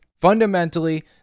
Fundamentally